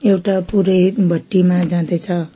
एउटा पुरोहित भट्टीमा जाँदैछ